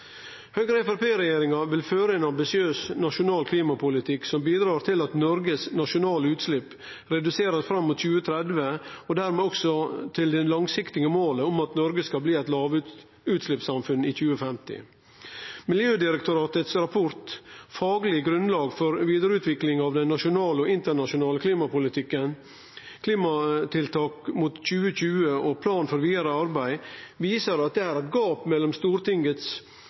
Høgre–Framstegsparti-regjeringa vil føre ein ambisiøs nasjonal klimapolitikk som bidrar til at Noregs nasjonale utslepp blir reduserte fram mot 2030, og dermed også bidrar til det langsiktige målet om at Noreg skal bli eit lågutsleppssamfunn i 2050. Miljødirektoratets rapport «Faglig grunnlag for videreutvikling av den nasjonale og internasjonale klimapolitikken – klimatiltak mot 2020 og plan for videre arbeid» viser at det er eit gap mellom Stortingets